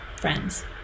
friends